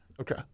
Okay